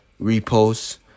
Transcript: repost